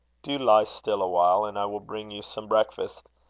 do lie still awhile, and i will bring you some breakfast.